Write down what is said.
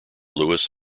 louis